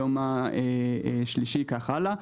וכך הלאה.